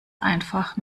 einfach